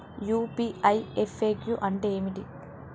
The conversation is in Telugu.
యూ.పీ.ఐ ఎఫ్.ఎ.క్యూ అంటే ఏమిటి?